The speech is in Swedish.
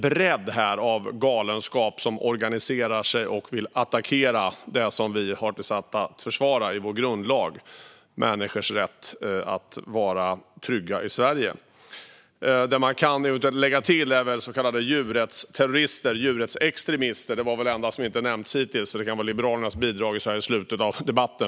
Det är en bredd av galenskap som organiserar sig och som vill attackera det som vi, enligt vår grundlag, är satta att försvara: människors rätt att vara trygga i Sverige. Det som kan läggas till är så kallade djurrättsterrorister eller djurrättsextremister. Det är den enda grupp som inte har nämnts hittills. Det kan vara Liberalernas bidrag så här i slutet av debatten.